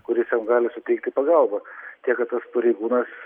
kuris jam gali suteikti pagalbą tiek kad tas pareigūnas